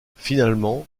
finalement